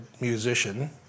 musician